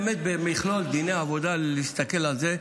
במכלול דיני העבודה צריך להסתכל על זה.